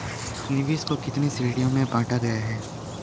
निवेश को कितने श्रेणियों में बांटा गया है?